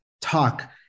talk